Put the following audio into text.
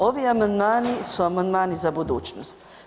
Ovi amandmani su amandmani za budućnost.